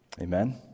Amen